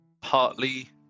partly